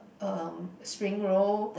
um spring roll